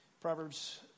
Proverbs